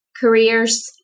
careers